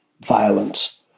violence